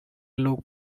look